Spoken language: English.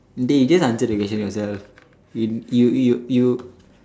dey just answer the question yourself you you you you